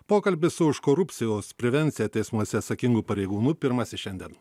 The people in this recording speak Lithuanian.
pokalbis su už korupcijos prevenciją teismuose atsakingu pareigūnu pirmasis šiandien